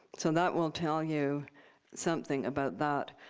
so that will tell you something about that.